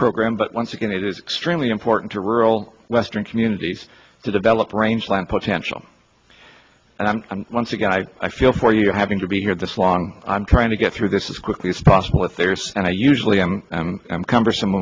program but once again it is extremely important to rural western communities to develop range land potential and i'm once again i i feel for you having to be here this long i'm trying to get through this is quickly as possible with theirs and i usually am cumbersome